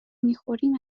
میخوریم